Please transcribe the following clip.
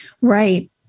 Right